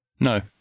No